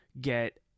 get